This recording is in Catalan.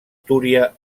túria